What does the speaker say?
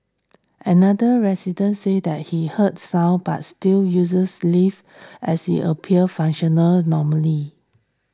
another resident said that he heard sound but still uses lift as it appears functional normally